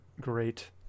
great